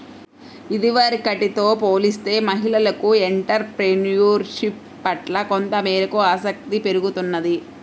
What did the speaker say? ఇదివరకటితో పోలిస్తే మహిళలకు ఎంటర్ ప్రెన్యూర్షిప్ పట్ల కొంతమేరకు ఆసక్తి పెరుగుతున్నది